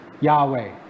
Yahweh